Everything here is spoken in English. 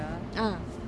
ah